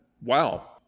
Wow